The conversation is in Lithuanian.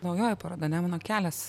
naujoji paroda nemuno kelias